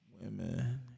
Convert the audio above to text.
women